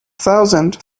thousand